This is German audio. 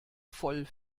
voll